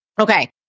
Okay